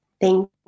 Thank